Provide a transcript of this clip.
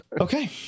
okay